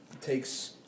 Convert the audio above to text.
takes